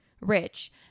rich